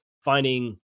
finding